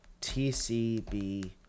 TCB